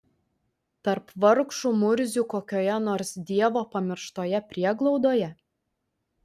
tarp vargšų murzių kokioje nors dievo pamirštoje prieglaudoje